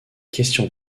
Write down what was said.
question